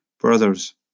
Brothers